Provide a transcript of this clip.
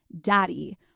daddy